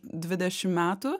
dvidešim metų